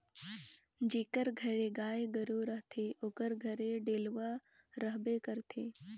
जेकर घरे गाय गरू रहथे ओकर घरे डेलवा रहबे करथे